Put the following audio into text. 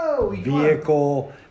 vehicle